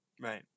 right